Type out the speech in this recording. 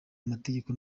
amategeko